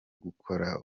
gukora